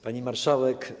Pani Marszałek!